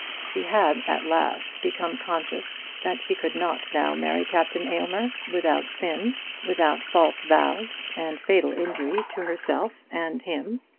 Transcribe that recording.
she had at last become conscious that she could not now marry captain aylmer without sin without false vows, and fatal injury to herself and him.